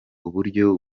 uburyo